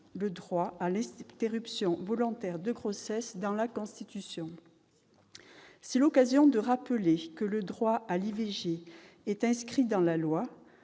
le droit à l'interruption volontaire de grossesse dans la Constitution. C'est l'occasion de rappeler que le droit à l'IVG est inscrit dans la loi,